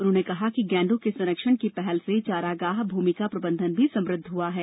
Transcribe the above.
उन्होंने कहा कि गैंडों के संरक्षण की पहल से चारागाह भूमि का प्रबंधन भी समृद्ध हुआ है